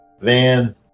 van